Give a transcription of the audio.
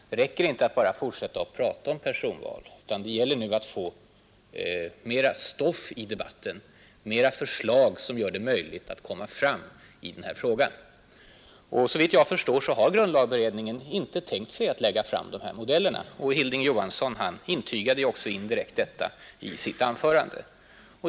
Det räcker inte att bara fortsätta att prata om personval utan det gäller nu att få mer stoff i debatten, förslag som gör det möjligt att komma framåt i frågan. Grundlagberedningen har alltså inte tänkt sig att lägga fram de här modellerna, och Hilding Johansson antydde också indirekt detta i sitt anförande.